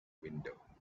window